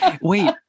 Wait